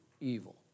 evil